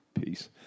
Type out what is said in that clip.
Peace